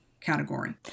category